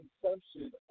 consumption